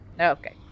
Okay